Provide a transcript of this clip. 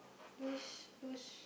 those those